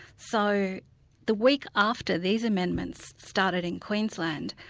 so the week after these amendments started in queensland,